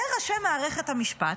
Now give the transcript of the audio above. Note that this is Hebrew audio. וראשי מערכת המשפט,